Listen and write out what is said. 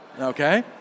Okay